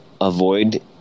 avoid